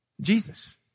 Jesus